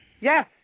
Yes